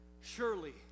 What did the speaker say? surely